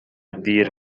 دیر